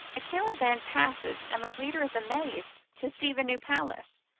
a caravan passes and the leader is amazed to see the new palace,